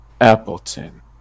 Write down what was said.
Appleton